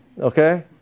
okay